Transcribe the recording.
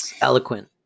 Eloquent